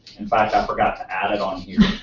in fact, i forgot to add it on here.